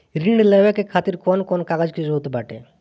ऋण लेने के कहवा खातिर कौन कोन कागज के जररूत बाटे?